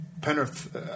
Penrith